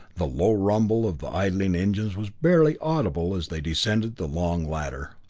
the low rumble of the idling engines was barely audible as they descended the long ladder.